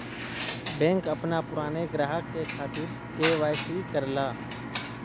bank अपने पुराने ग्राहक के खातिर के.वाई.सी करला